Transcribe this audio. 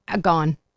gone